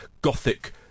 Gothic